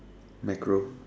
macro